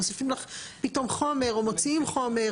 מוסיפים לך פתאום חומר או מוציאים חומר,